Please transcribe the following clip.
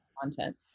content